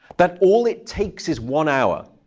that all it takes is one hour.